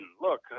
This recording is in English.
Look